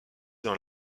dans